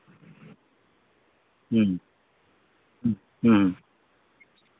ᱦᱩᱸ ᱦᱩᱸᱜ ᱦᱩᱸ